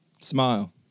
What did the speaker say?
smile